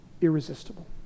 irresistible